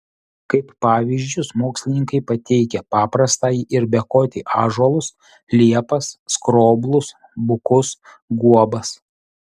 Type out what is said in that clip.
kaip pavyzdžius mokslininkai pateikia paprastąjį ir bekotį ąžuolus liepas skroblus bukus guobas